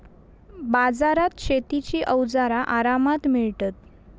बाजारात शेतीची अवजारा आरामात मिळतत